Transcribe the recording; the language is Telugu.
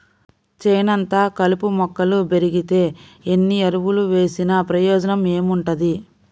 చేనంతా కలుపు మొక్కలు బెరిగితే ఎన్ని ఎరువులు వేసినా ప్రయోజనం ఏముంటది